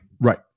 Right